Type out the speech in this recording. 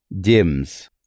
dims